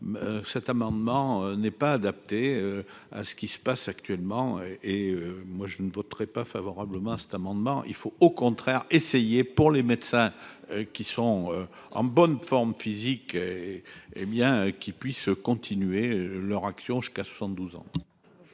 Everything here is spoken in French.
cet amendement n'est pas adapté à ce qui se passe actuellement, et moi je ne voterai pas favorablement à cet amendement il faut au contraire essayer pour les médecins qui sont en bonne forme physique, hé bien, qu'ils puissent continuer leur action jusqu'à 72 ans.